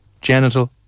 genital